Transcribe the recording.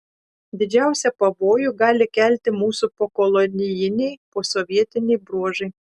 didžiausią pavojų gali kelti mūsų pokolonijiniai posovietiniai bruožai